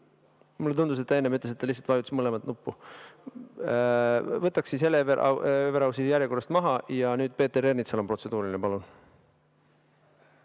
Mulle tundus, et ta enne ütles, et ta lihtsalt vajutas mõlemat nuppu. Võtan siis Hele Everausi järjekorrast maha. Ja nüüd on Peeter Ernitsal protseduuriline.